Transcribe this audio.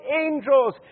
angels